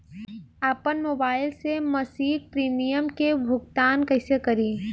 आपन मोबाइल से मसिक प्रिमियम के भुगतान कइसे करि?